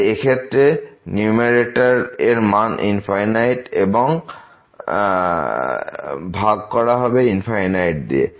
তাই এই ক্ষেত্রে নিউমেরেটর এর মান এবং ভাগ করা হবে দিয়ে